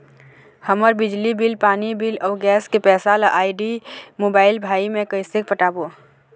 हमर बिजली बिल, पानी बिल, अऊ गैस के पैसा ला आईडी, मोबाइल, भाई मे कइसे पटाबो?